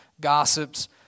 gossips